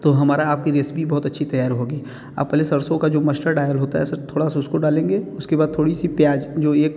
तो हमारी आपकी रेसिपी बहुत अच्छी तैयार होगी आप पहले सरसों का जो मश्टर्ड ऑइल होता है सर थोड़ा सा उसको डालेंगे उसके बाद थोड़ी सी प्याज़ जो